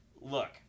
look